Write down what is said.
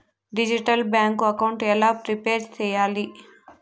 Digital bank account ఎలా prepare సెయ్యాలి?